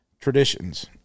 traditions